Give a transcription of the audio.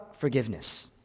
Forgiveness